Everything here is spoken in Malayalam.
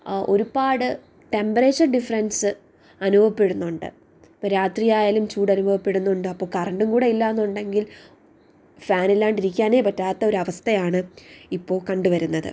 ഒരുപാട് ടെമ്പറേച്ചർ ഡിഫറൻസ് അനുഭവപ്പെടുന്നുണ്ട് ഇപ്പോൾ രാത്രിയായാലും ചൂട് അനുഭവപ്പെടുന്നുണ്ട് അപ്പോൾ കറണ്ടും കൂടെ ഇല്ലാന്നുണ്ടെങ്കിൽ ഫാനില്ലാണ്ടിരിക്കാനേ പറ്റാത്തൊരവസ്ഥയാണ് ഇപ്പോൾ കണ്ട് വരുന്നത്